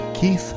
Keith